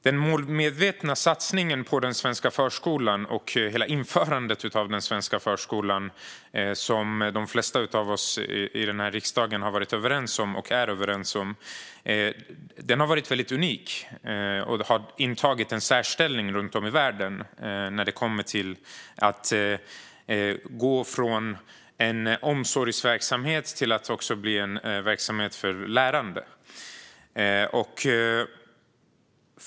Den målmedvetna satsningen på den svenska förskolan och hela införandet av den svenska förskolan, som de flesta av oss i den här riksdagen har varit överens om och är överens om, har varit unik och har intagit en särställning runt om i världen. Det handlar om att gå från en omsorgsverksamhet till en verksamhet även för lärande.